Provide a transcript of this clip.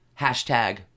Hashtag